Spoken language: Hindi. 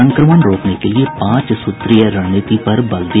संक्रमण रोकने के लिए पांच सूत्रीय रणनीति पर बल दिया